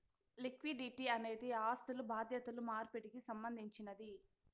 liquidity అనేది ఆస్థులు బాధ్యతలు మార్పిడికి సంబంధించినది